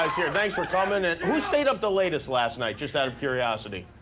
here. thanks for coming. and who stayed up the latest last night? just out of curiosity.